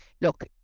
look